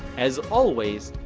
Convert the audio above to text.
as always,